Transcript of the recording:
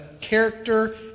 character